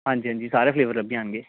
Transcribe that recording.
आं जी आं जी सारे फ्लेवर लब्भी जानगे